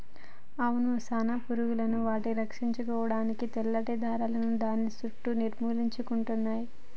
అవును సాలెపురుగులు వాటిని రక్షించుకోడానికి తెల్లటి దారాలను దాని సుట్టూ నిర్మించుకుంటయ్యి